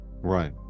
Right